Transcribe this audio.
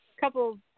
couple